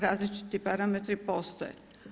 Različiti parametri postoje.